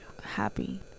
Happy